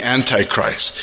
Antichrist